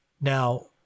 Now